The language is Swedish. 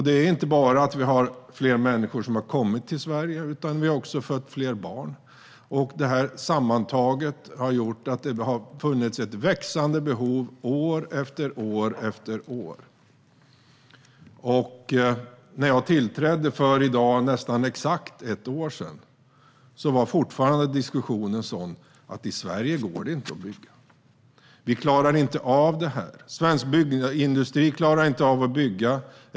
Det är inte bara att vi har fler människor som har kommit till Sverige, utan vi har också fött fler barn. Det sammantaget har gjort att det har funnits ett växande behov år efter år. När jag tillträdde för i dag nästan exakt ett år sedan var diskussionen fortfarande sådan att det inte går att bygga i Sverige. Vi klarar inte av det. Svensk byggindustri klarar inte av att bygga.